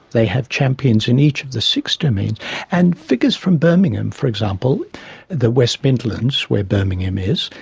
they have champions in each of the six domains and figures from birmingham, for example the west midlands where birmingham is,